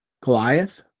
Goliath